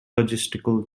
logistical